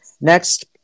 next